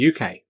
UK